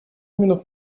минут